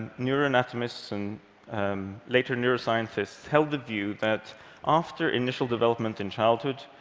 neuroanatomists and later neuroscientists held the view that after initial development in childhood,